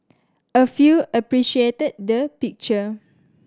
a few appreciated the picture